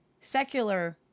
secular